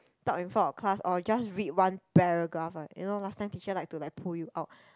talk in front of class or just read one paragraph right you know last time teacher like to like pull you out